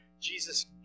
Jesus